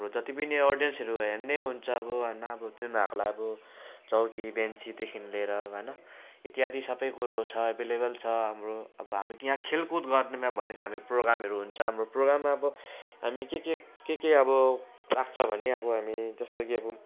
हाम्रो जति पनि अडियन्सहरू हेर्ने हुन्छ अब होइन अब तिनीहरूलाई अब चौकी बेन्चीदेखि लिएर होइन इत्यादि सबै कुरो छ एभाइलेबल छ हाम्रो अब हामी त्यहाँ खेलकुद गर्नमा भनेको हामी प्रोग्रामहरू हुन्छ हाम्रो प्रोग्राममा अब हामी के के के के अब राख्छ भने अब हामी जस्तो कि अब